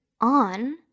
on